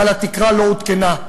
אבל התקרה לא עודכנה.